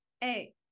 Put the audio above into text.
hey